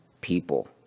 people